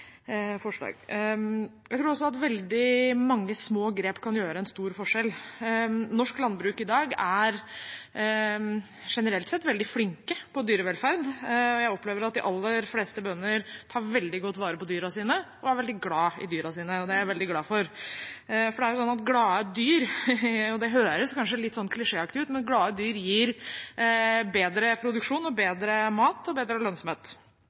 Jeg tror også at veldig mange små grep kan gjøre en stor forskjell. Norsk landbruk i dag er generelt sett veldig flinke på dyrevelferd. Jeg opplever at de aller fleste bønder tar veldig godt vare på og er veldig glad i dyra sine, og det er jeg veldig glad for. Det høres kanskje litt klisjeaktig ut, men det er sånn at glade dyr gir bedre produksjon, bedre mat og bedre lønnsomhet. Det betyr ikke at vi ikke skal ta tak i og se på bedre